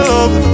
Love